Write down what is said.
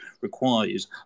requires